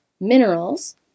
minerals